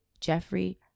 Jeffrey